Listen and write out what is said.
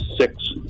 six